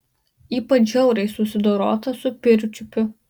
ypač žiauriai susidorota su pirčiupiu